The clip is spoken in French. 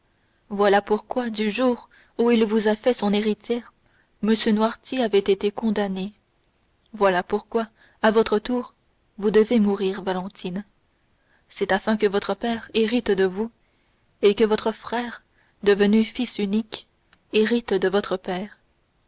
voilà pourquoi du jour où il vous a fait son héritière m noirtier avait été condamné voilà pourquoi à votre tour vous devez mourir valentine c'est afin que votre père hérite de vous et que votre frère devenu fils unique hérite de votre père